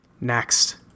Next